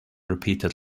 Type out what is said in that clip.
repeated